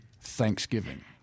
Thanksgiving